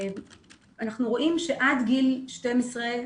אנחנו רואים שעד גיל 12,